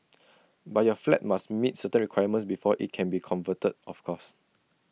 but your flat must meet certain requirements before IT can be converted of course